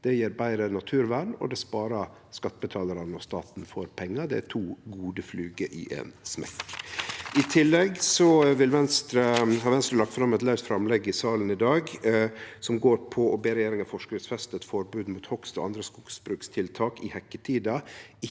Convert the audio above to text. Det gjev betre naturvern, og det sparar skattebetalarane og staten for pengar. Det er to gode fluger i ein smekk. I tillegg legg Venstre fram eit laust framlegg i salen i dag som gjeld å be regjeringa forskriftsfeste eit forbod mot hogst og andre skogbrukstiltak i hekketida